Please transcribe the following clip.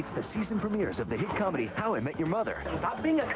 the season premieres of the hit comedy how i met your mother. stop being a